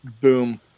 Boom